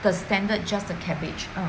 the standard just the cabbage mm